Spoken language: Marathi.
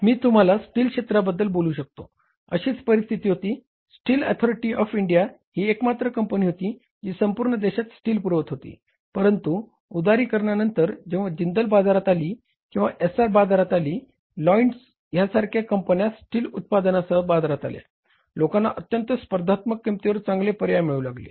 मी तुम्हाला स्टील क्षेत्राबद्दल बोलू शकतो अशीच परिस्थिती होती स्टील अथॉरिटी ऑफ इंडिया ही एकमात्र कंपनी होती जी संपूर्ण देशात स्टील पुरवत होती परंतु उदारीकरणा नंतर जेव्हा जिंदल बाजारात आली किंवा एसआर बाजारात आली लॉईड्स ह्यासारख्या कंपन्या स्टील उत्पादनासह बाजारात आल्या लोकांना अत्यंत स्पर्धात्मक किंमतीवर चांगले पर्याय मिळू लागले